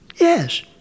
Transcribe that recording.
Yes